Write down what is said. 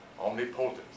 Omnipotence